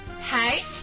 Hi